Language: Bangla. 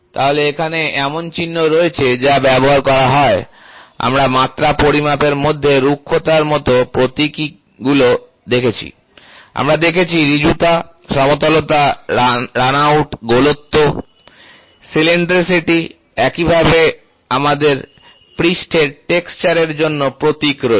তাহলে এখানে এমন চিহ্ন রয়েছে যা ব্যবহার করা হয় আমরা মাত্রা পরিমাপের মধ্যে রুক্ষতার মতো প্রতীক গুলি কী দেখেছি আমরা দেখেছি ঋজুতা সমতলতা রানআউট গোলত্ব সিলিনড্রিসিটি একইভাবে আমাদের পৃষ্ঠের টেক্সচার এর জন্যও প্রতীক রয়েছে